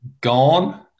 gone